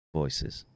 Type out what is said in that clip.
voices